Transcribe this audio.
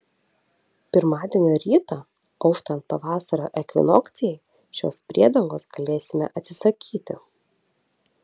pirmadienio rytą auštant pavasario ekvinokcijai šios priedangos galėsime atsisakyti